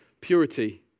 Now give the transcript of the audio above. purity